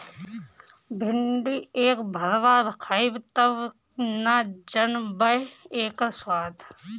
भिन्डी एक भरवा खइब तब न जनबअ इकर स्वाद